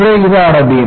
ഇവിടെ ഇതാണ് ബീം